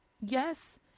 yes